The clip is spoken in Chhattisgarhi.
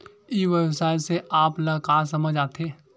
ई व्यवसाय से आप ल का समझ आथे?